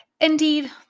Indeed